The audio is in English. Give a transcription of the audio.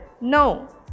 No